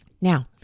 now